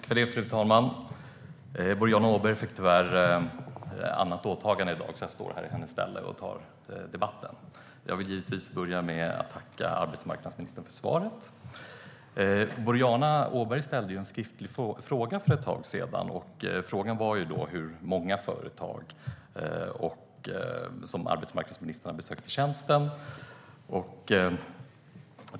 Fru talman! Boriana Åberg fick tyvärr ett annat åtagande i dag, så jag tar debatten i hennes ställe. Jag vill givetvis börja med att tacka arbetsmarknadsministern för svaret. Boriana Åberg ställde för ett tag sedan en skriftlig fråga om hur många företag som arbetsmarknadsministern har besökt i tjänsten.